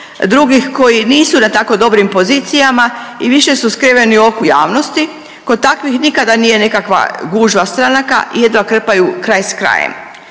drugih koji nisu na tako dobrim pozicijama i više su skriveni oku javnosti. Kod takvih nije nekakva gužva stranaka jedva krpaju kraj s krajem.